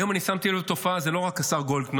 היום אני שמתי לב לתופעה, זה לא רק השר גולדקנופ,